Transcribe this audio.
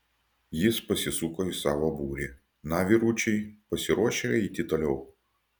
jis pasisuko į savo būrį na vyručiai pasiruošę eiti toliau